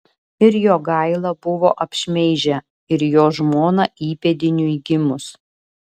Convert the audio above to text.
ir jogailą buvo apšmeižę ir jo žmoną įpėdiniui gimus